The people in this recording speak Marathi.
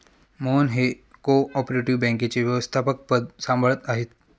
मोहन हे को ऑपरेटिव बँकेचे व्यवस्थापकपद सांभाळत आहेत